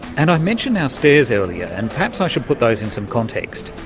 and i mentioned our stairs earlier and perhaps i should put those in some context.